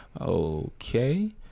okay